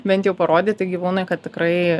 bent jau parodyti gyvūnui kad tikrai